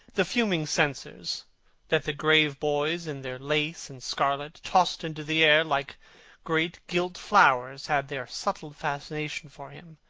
the fuming censers that the grave boys, in their lace and scarlet, tossed into the air like great gilt flowers had their subtle fascination for him.